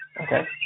Okay